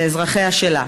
לאזרחיה שלה,